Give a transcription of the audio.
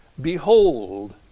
behold